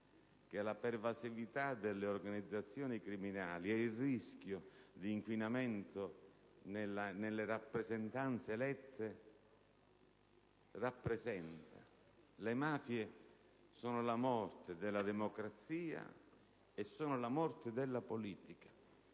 della pervasività delle organizzazioni criminali e del rischio di inquinamento nelle rappresentanze elette. Le mafie sono la morte della democrazia e della politica.